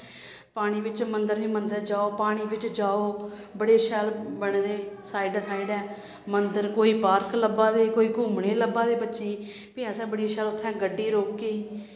पानी बिच्च मन्दर ई मन्दर जाओ पानी बिच्च जाओ बड़े शैल बने दे साइडें साइडें मन्दर कोई पार्क लब्भा दे कोई घूमने गी लब्भा दे बच्चें गी फ्ही असें बड़ियां शैल असें गड्डी रोकी